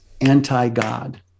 anti-God